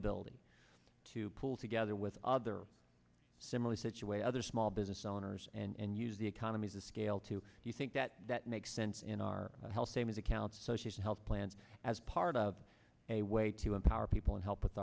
ability to pull together with other similar scituate other small business owners and use the economies of scale to you think that that makes sense in our health savings accounts so she's health plans as part of a way to empower people and help with